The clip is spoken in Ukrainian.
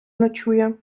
ночує